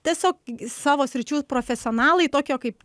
tiesiog savo sričių profesionalai tokio kaip